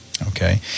Okay